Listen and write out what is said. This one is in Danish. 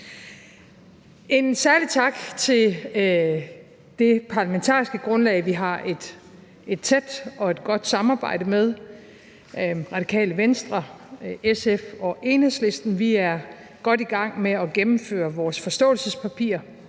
En særlig tak til det parlamentariske grundlag: Vi har et tæt og et godt samarbejde med Radikale Venstre, SF og Enhedslisten. Vi er godt i gang med at gennemføre vores forståelsespapir.